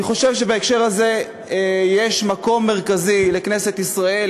אני חושב שבהקשר הזה יש מקום מרכזי לכנסת ישראל,